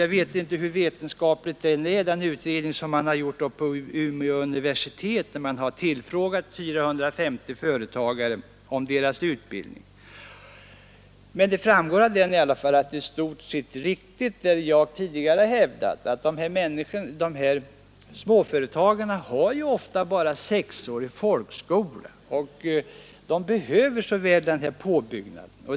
Jag vet inte hur vetenskaplig den utredning är som man har gjort vid Umeå universitet, där man tillfrågat 450 företagare om deras utbildning. Men det framgår i alla fall av utredningen att det är i stort sett riktigt som jag tidigare hävdat att de här småföretagarna ofta bara har sexårig folkskola, och de behöver så väl den här påbyggnaden.